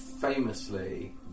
famously